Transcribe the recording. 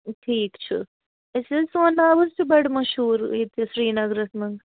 ٹھیٖک چھُ أسۍ حظ سون ناو حظ چھُ بڑٕ مشہوٗر ییٚتہِ سرینگرس منٛز